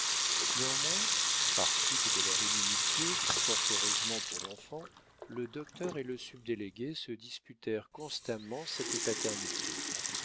néanmoins par suite de leur inimitié fort heureusement pour l'enfant le docteur et le subdélégué se disputèrent constamment cette paternité